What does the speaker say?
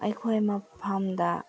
ꯑꯩꯈꯣꯏ ꯃꯐꯝꯗ